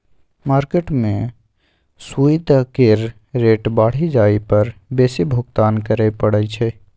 market में सूइद केर रेट बढ़ि जाइ पर बेसी भुगतान करइ पड़इ छै